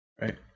Right